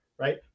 right